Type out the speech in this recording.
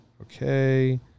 Okay